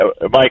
Mike